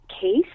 case